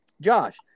Josh